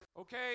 Okay